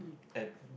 at